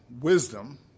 wisdom